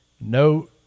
no